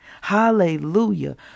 hallelujah